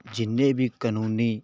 ਜਿੰਨੇ ਵੀ ਕਾਨੂੰਨੀ